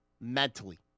mentally